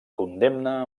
condemna